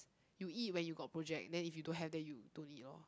you eat when you got project then if you don't have then you don't eat lor